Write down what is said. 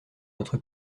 notre